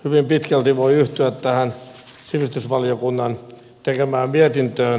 hyvin pitkälti voi yhtyä tähän sivistysvaliokunnan tekemään mietintöön